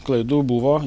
klaidų buvo